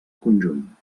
conjunt